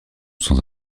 sans